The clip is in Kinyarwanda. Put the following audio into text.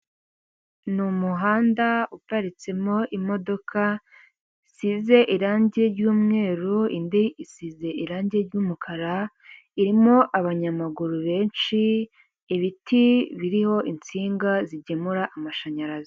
Ni umuhanda uparitsemo imodoka isize irangi ry'umweru indi isize irangi ry umukara irimo abanyamaguru benshi ibiti biriho insinga zigemura amashanyarazi.